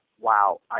Wow